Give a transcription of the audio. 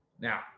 Now